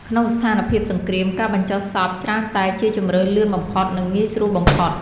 ក្នុងស្ថានភាពសង្គ្រាម ការបញ្ចុះសពច្រើនតែជាជម្រើសលឿនបំផុត និងងាយស្រួលបំផុត។